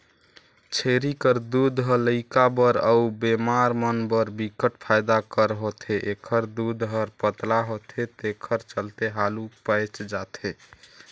छेरी कर दूद ह लइका बर अउ बेमार मन बर बिकट फायदा कर होथे, एखर दूद हर पतला होथे तेखर चलते हालु पयच जाथे